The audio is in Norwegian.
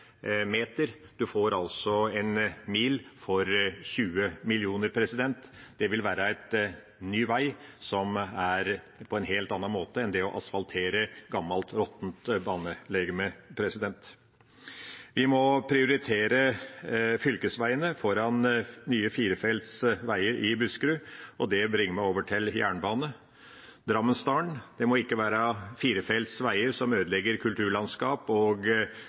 meter. En får altså en mil for 20 mill. kr – det vil være en ny vei som er bygd på en helt annen måte enn det å asfaltere gammelt, råttent banelegeme. Vi må prioritere fylkesveiene foran nye firefelts veier i Buskerud, og det bringer meg over til jernbane. Drammensdalen må ikke få firefelts veier som ødelegger kulturlandskap, matjord og